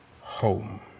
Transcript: home